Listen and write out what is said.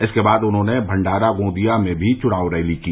इसके बाद उन्होंने भंडारा गॉदिया में भी चुनावी रैली की